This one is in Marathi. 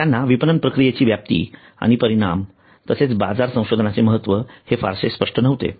त्यांना विपणन प्रक्रियेची व्याप्ती आणि परिमाण तसेच बाजार संशोधनाचे महत्त्व हे फारसे स्पष्ट नव्हते